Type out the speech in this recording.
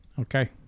Okay